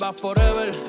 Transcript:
Forever